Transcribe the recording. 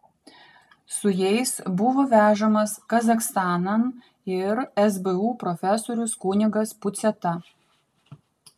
su jais buvo vežamas kazachstanan ir sbu profesorius kunigas puciata